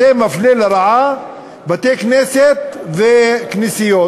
זה מפלה לרעה בתי-כנסת וכנסיות,